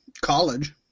college